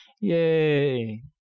Yay